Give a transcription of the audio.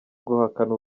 guhakana